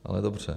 Ale dobře.